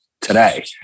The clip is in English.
today